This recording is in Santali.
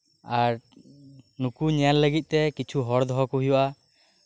ᱟᱨ ᱱᱩᱠᱩᱧᱮᱞ ᱞᱟᱹᱜᱤᱫ ᱛᱮ ᱠᱤᱪᱷᱩ ᱦᱚᱲ ᱫᱚᱦᱚ ᱠᱚ ᱦᱩᱭᱩᱜᱼᱟ